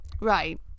right